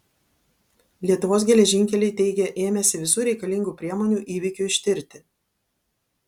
lietuvos geležinkeliai teigia ėmęsi visų reikalingų priemonių įvykiui ištirti